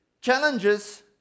challenges